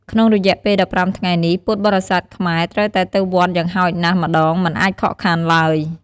ក្នុងរយៈពេល ១៥ថ្ងៃនេះ ពុទ្ធបរិស័ទខ្មែរត្រូវតែទៅវត្តយ៉ាងហោចណាស់ម្ដង មិនអាចខកខានឡើយ។